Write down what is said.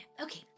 Okay